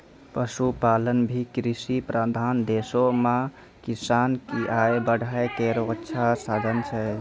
पशुपालन भी कृषि प्रधान देशो म किसान क आय बढ़ाय केरो अच्छा साधन छै